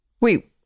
Wait